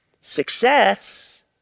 success